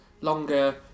longer